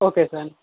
okay sir